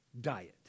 diet